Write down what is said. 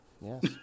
Yes